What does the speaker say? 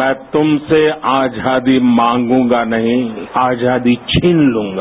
मैं तुमसे आजादी मागूंगा नहीं आजादी छीन तूंगा